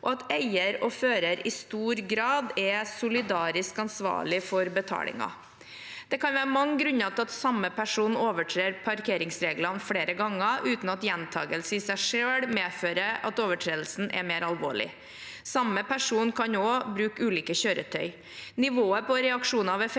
og der eier og fører i stor grad er solidarisk ansvarlig for betalingen. Det kan være mange grunner til at samme person overtrer parkeringsreglene flere ganger uten at gjentakelse i seg selv medfører at overtredelsen er mer alvorlig. Samme person kan også bruke ulike kjøretøy. Nivået på reaksjoner ved